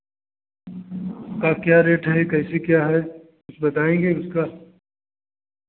का क्या रेट है कैसी क्या है कुछ बतायेंगे उसका